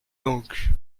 donc